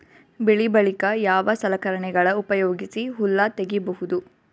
ಬೆಳಿ ಬಳಿಕ ಯಾವ ಸಲಕರಣೆಗಳ ಉಪಯೋಗಿಸಿ ಹುಲ್ಲ ತಗಿಬಹುದು?